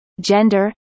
gender